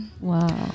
Wow